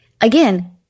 again